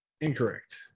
Incorrect